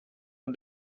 and